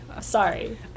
Sorry